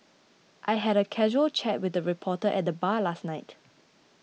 I had a casual chat with a reporter at the bar last night